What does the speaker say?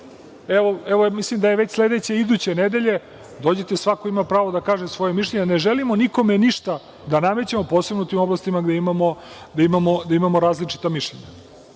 mislim da je već sledeće nedelje, dođite, svako ima pravo da kaže svoje mišljenje. Ne želimo nikome ništa da namećemo, a posebno u tim oblastima gde imamo različita mišljenja. Ali,